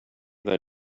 that